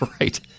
right